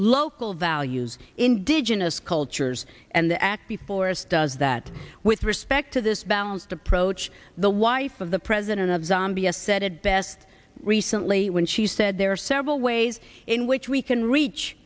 local values indigenous cultures and the act before us does that with respect to this balanced approach the wife of the president of the m b s said it best recently when she said there are several ways in which we can reach